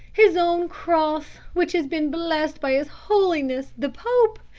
his own cross which has been blessed by his holiness the pope!